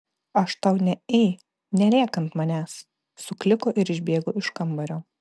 aš tau ne ei nerėk ant manęs sukliko ir išbėgo iš kambario